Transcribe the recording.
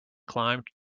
climbed